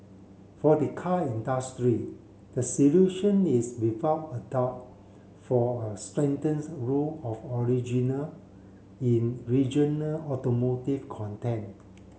for the car industry the solution is without a doubt for a strengthened rule of original in regional automotive content